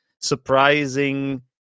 surprising